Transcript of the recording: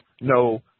no